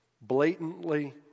blatantly